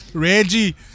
Reggie